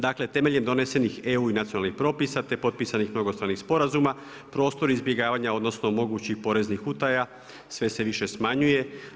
Dakle, temeljem donesenih EU i nacionalnih propisa, te potpisanih mnogostranih sporazuma prostor izbjegavanja, odnosno mogućih poreznih utaja sve se više smanjuje.